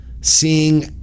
seeing